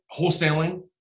wholesaling